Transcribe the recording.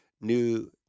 new